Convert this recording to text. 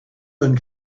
one